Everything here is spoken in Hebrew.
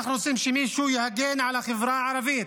אנחנו רוצים שמישהו יגן על החברה הערבית,